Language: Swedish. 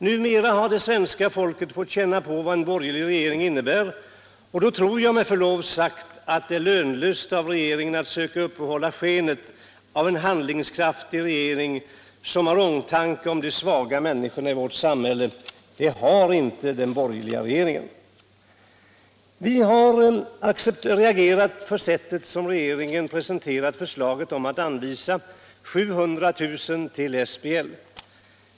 Numera har det svenska folket fått känna på vad en borgerlig regering innebär, och då tror jag med förlov sagt att det är lönlöst att försöka uppehålla skenet av en handlingskraftig regering som har omtanke om de svaga människorna i vårt samhälle. Det har inte den borgerliga regeringen. Vi har reagerat mot regeringens sätt att presentera förslaget om att anvisa 700 000 kr. till SBL.